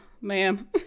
ma'am